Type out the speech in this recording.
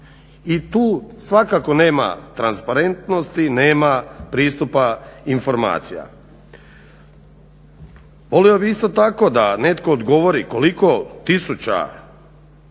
I tu svakako nema transparentnosti, nema pristupa informacijama. Volio bi isto tako da netko odgovori koliko tisuća